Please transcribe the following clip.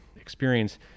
experience